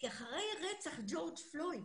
כי אחרי רצח ג'ורג' פלויד